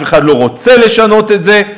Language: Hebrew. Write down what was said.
אף אחד לא רוצה לשנות את זה.